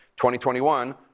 2021